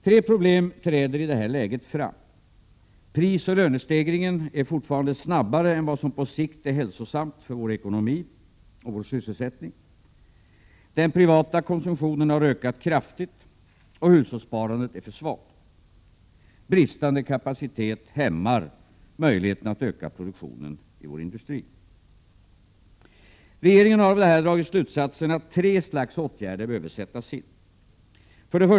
Tre problem träder i det här läget fram: Oo Prisoch lönestegringen är fortfarande snabbare än vad som på sikt är hälsosamt för vår ekonomi och sysselsättning. O Den privata konsumtionen har ökat kraftigt, och hushållssparandet är för svagt. Oo Bristande kapacitet hämmar möjligheterna att öka produktionen i vår industri. Regeringen har av detta dragit slutsatsen att tre slags åtgärder behöver sättas in: 1.